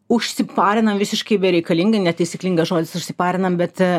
užsiparinam visiškai bereikalingai netaisyklingas žodis užsiparinam bet